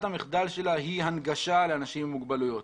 המחדל שלה היא הנגשה לאנשים עם מוגבלויות.